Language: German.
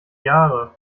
jahre